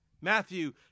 Matthew